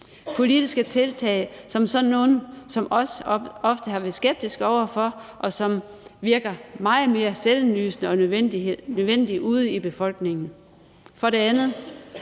politiske tiltag, som sådan nogle som os ofte har været skeptiske over for, og som virker meget mere selvindlysende og nødvendige ude i befolkningen.